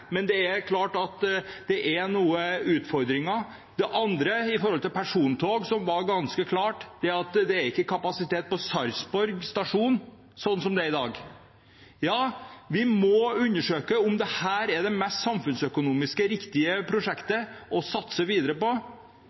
Men det er klart det er noen utfordringer. Det som var ganske klart når det gjelder persontog, var at det ikke er kapasitet på Sarpsborg stasjon sånn som det er i dag. Vi må undersøke om dette er det samfunnsøkonomisk riktigste prosjektet å satse videre på,